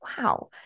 wow